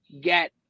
get